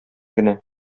генә